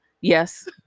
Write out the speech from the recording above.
Yes